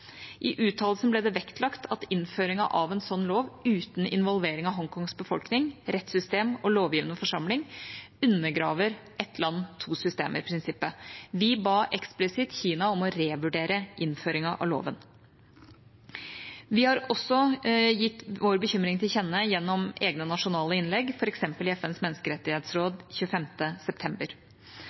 I uttalelsen ble det vektlagt at innføringen av en sånn lov uten involvering av Hongkongs befolkning, rettssystem og lovgivende forsamling undergraver ett land, to systemer-prinsippet. Vi ba eksplisitt Kina om å revurdere innføringen av loven. Vi har også gitt vår bekymring til kjenne gjennom egne nasjonale innlegg, f.eks. i FNs menneskerettighetsråd 25. september.